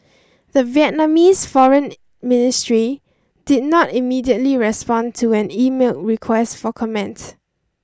the Vietnamese Foreign Ministry did not immediately respond to an emailed request for comment